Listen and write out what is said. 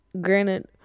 Granted